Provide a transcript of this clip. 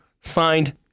signed